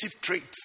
traits